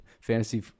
fantasy